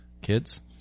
Kids